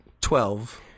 Twelve